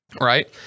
Right